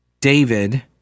David